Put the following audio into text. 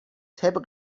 طبق